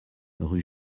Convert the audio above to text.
rue